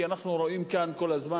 כי אנחנו רואים כאן כל הזמן,